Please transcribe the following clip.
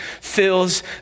fills